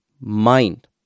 mind